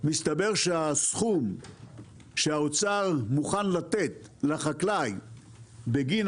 מסתבר שהסכום שהאוצר מוכן לתת לחקלאי בגין